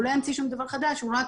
הוא לא ימציא שום דבר חדש, הוא רק